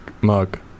mug